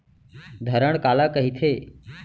धरण काला कहिथे?